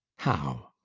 how?